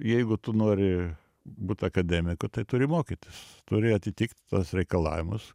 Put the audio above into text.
jeigu tu nori būt akademiku tai turi mokytis turi atitikt tuos reikalavimus